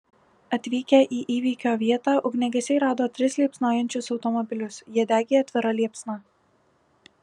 atvykę į įvykio vietą ugniagesiai rado tris liepsnojančius automobilius jie degė atvira liepsna